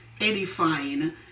edifying